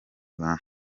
rwanda